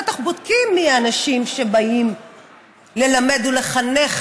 בטח בודקים מי האנשים שבאים ללמד ולחנך